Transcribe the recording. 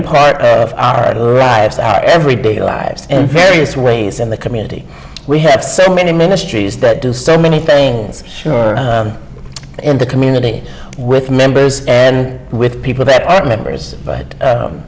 a part of our everyday lives in various ways in the community we have so many ministries that do so many things sure in the community with members and with people that are members but